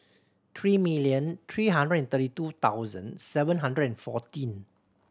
three million three hundred and thirty two thousand seven hundred and fourteen